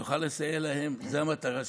נוכל לסייע להם, זו המטרה שלנו.